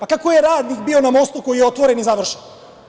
A kako je radnik bio na mostu koji je otvoren i završen?